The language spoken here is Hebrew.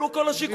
אלו כל השיקולים.